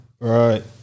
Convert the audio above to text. Right